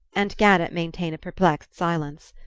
and gannett maintained a perplexed silence.